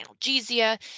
analgesia